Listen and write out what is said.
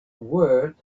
word